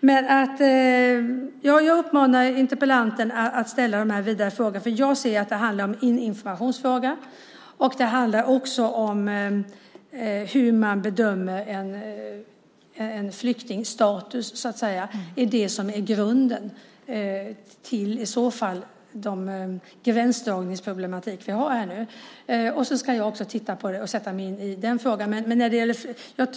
pension. Jag uppmanar interpellanten att ställa de här vidare frågorna. Jag ser att det handlar om en informationsfråga, och det handlar också om hur man bedömer en flyktings status, så att säga. Det är det som i så fall är grunden till den gränsdragningsproblematik vi har här nu. Jag ska också titta på detta och sätta mig in i det.